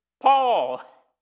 Paul